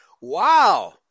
Wow